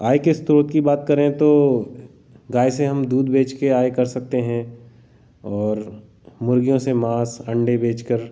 आय के स्त्रोत की बात करें तो गाय से हम दूध बेच कर आय कर सकते हैं और मुर्गियों से मांस अंडे बेच कर